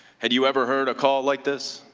had you ever heard a call like this?